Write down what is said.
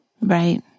Right